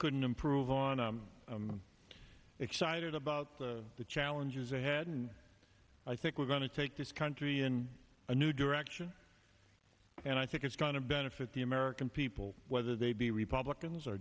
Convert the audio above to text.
couldn't improve on a i'm excited about the challenges ahead and i think we're going to take this country in a new direction and i think it's going to benefit the american people whether they be republicans